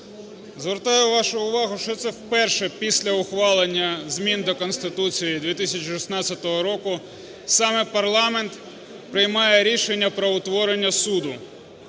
Звертаю вашу увагу, що це вперше після ухвалення змін до Конституції 2016 року саме парламент приймає рішення про утворення суду